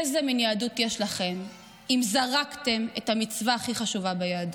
איזה מין יהדות יש לכם אם זרקתם את המצווה הכי חשובה ביהדות,